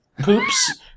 Poops